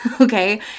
okay